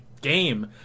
game